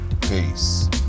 Peace